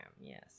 Yes